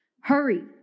hurry